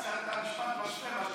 משפט משווה,